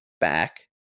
back